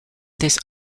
this